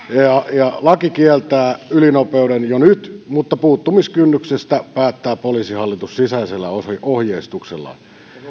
ja laki kieltää ylinopeuden jo nyt mutta puuttumiskynnyksestä päättää poliisihallitus sisäisellä ohjeistuksellaan